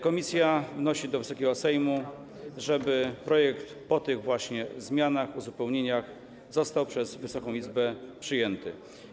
Komisja wnosi do Wysokiego Sejmu, żeby projekt po tych właśnie zmianach, uzupełnieniach został przez Wysoką Izbę przyjęty.